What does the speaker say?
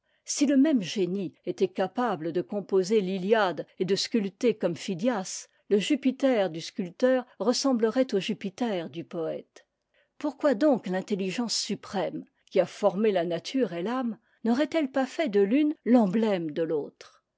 si le même génie était capable de composer l'iliade et de sculpter comme phidias le jupiter du sculpteur ressemblerait au jupiter du poëte pourquoi donc l'intelligence suprême qui a formé la nature et l'âme n'aurait elle pas fait de l'une l'emblème de l'autre